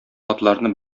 атларны